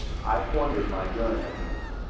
i pointed my gun at him.